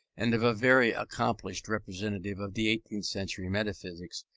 and of a very accomplished representative of the eighteenth century metaphysics,